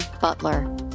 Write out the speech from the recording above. Butler